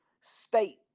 state